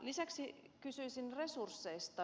lisäksi kysyisin resursseista